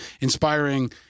inspiring